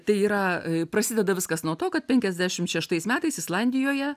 tai yra prasideda viskas nuo to kad penkiasdešim šeštais metais islandijoje